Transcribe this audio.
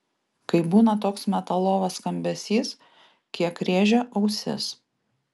kai būna toks metalovas skambesys kiek rėžia ausis